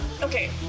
Okay